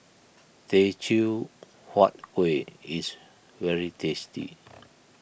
Teochew Huat Kuih is very tasty